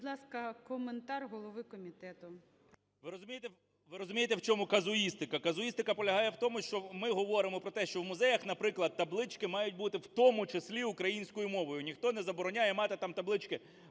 Ви розумієте, в чому казуїстика. Казуїстика полягає в тому, що ми говоримо про те, що в музеях, наприклад, таблички мають бути в тому числі українською мовою. Ніхто не забороняє мати там таблички